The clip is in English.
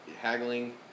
haggling